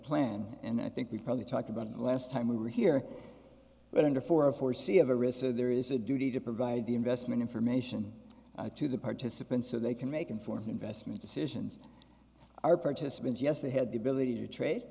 plan and i think we probably talked about it last time we were here but under four of four c of a risk there is a duty to provide the investment information to the participants so they can make informed investment decisions are participants yes they had the ability to trade